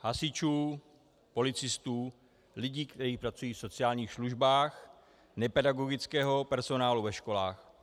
Hasičů, policistů, lidí, kteří pracují v sociálních službách, nepedagogického personálu ve školách.